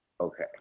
okay